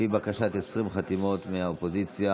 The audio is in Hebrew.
לפי בקשת 20 חברי כנסת מהאופוזיציה,